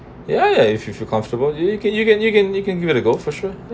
ya if you feel comfortable you you can you can you can you can give it a go for sure